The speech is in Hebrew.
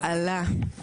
יאללה,